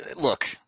look